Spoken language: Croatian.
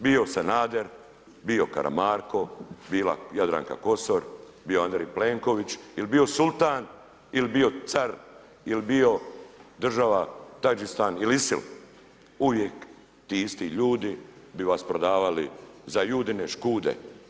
Bio Sanader, bio Karamarko, bila Jadranka Kosor, bio Andrej Plenković ili bio sultan ili bio car ili bio država Tadžistan ili ISIL, uvijek ti isti ljudi bi vas prodavali za Judine škude.